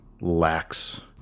lacks